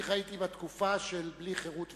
אני חייתי בתקופה של "בלי חרות ומק"י".